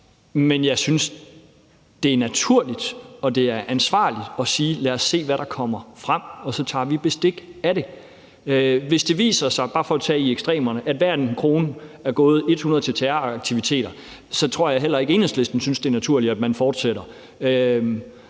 Men jeg synes, det er naturligt og ansvarligt at sige: Lad os se, hvad der kommer frem, og så tager vi bestik af det. Hvis det, bare for at tage et ekstremt eksempel, viser sig, at hver en krone er gået hundrede procent til terroraktiviteter, tror jeg heller ikke, at Enhedslisten synes, det er naturligt, at man fortsætter.